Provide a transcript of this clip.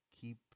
keep